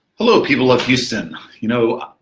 hello people of houston! you know,